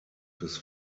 his